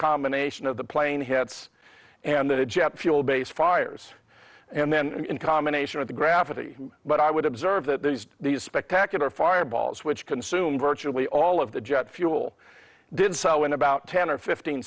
combination of the plane hits and the jet fuel base fires and then in combination with the gravity but i would observe that these spectacular fireballs which consumed virtually all of the jet fuel did so in about ten or fifteen